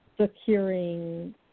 securing